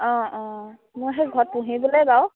অঁ অঁ মই সেই ঘৰত পুহিবলৈ বাৰু